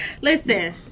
Listen